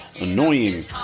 annoying